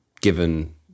given